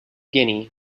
guinea